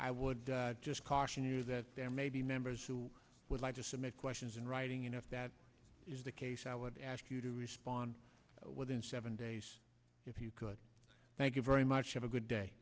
i would just caution you that there may be members who would like to submit questions in writing and if that is the case i would ask you to respond within seven days if you could thank you very much have a good day